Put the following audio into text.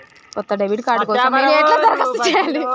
కొత్త debit card కోసం నేను ఎట్లా దరఖాస్తు చేయాలి?